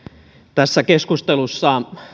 tässä keskustelussa